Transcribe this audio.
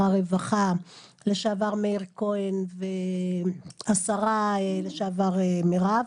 הרווחה לשעבר מאיר כהן והשרה לשעבר מירב.